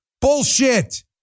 Bullshit